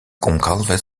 gonçalves